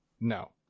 No